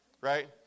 right